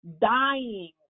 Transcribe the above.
dying